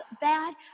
bad